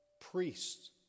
priests